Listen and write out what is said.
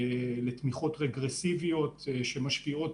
אלה תמיכות רגרסיביות שמשפיעות,